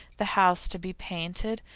the house to be painted,